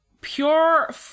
pure